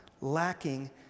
lacking